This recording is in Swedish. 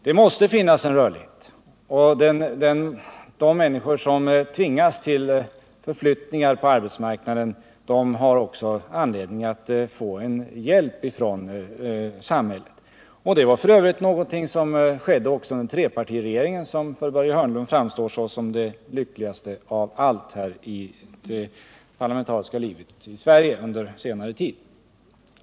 Det måste finnas en rörlighet, och de människor som tvingas till förflyttningar på arbetsmarknaden bör få hjälp av samhället. Det var f. ö. någonting som också skedde under trepartiregeringens tid, som för Börje Hörnlund framstår som det lyckligaste av allt i det parlamentariska livet i Sverige under senare år.